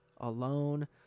alone